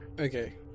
Okay